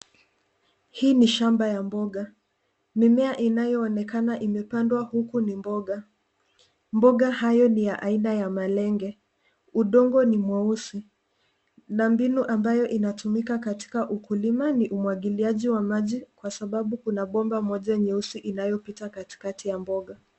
Hii ni shamba ya mboga. Mimea inayoonekana imepandwa huku ni mboga. Mboga hayo ni ya aina ya malenge. Udongo ni mweusi na mbinu ambayo inatumika katika ukulima ni umwagiliaji wa maji kwa sababu kuna bomba moja nyeusi inayopita katikati ya mboga.